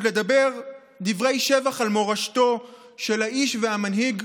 לדבר דברי שבח על מורשתו של האיש והמנהיג,